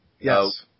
Yes